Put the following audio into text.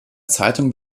zeitung